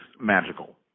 magical